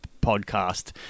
podcast